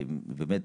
ובאמת,